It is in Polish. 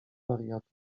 wariatów